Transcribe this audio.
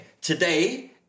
today